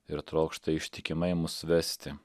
ir trokšta ištikimai mus vesti